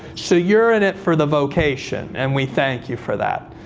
so you're in it for the vocation, and we thank you for that.